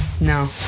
no